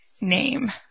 name